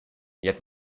yet